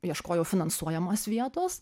ieškojau finansuojamos vietos